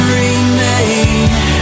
remade